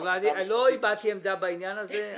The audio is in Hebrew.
לא הבעתי עמדה בעניין הזה.